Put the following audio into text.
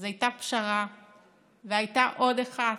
אז הייתה פשרה והייתה עוד אחת,